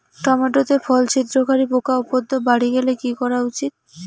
Tomato তে ফল ছিদ্রকারী পোকা উপদ্রব বাড়ি গেলে কি করা উচিৎ?